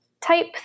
type